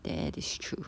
that is true